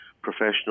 professional